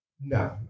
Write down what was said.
No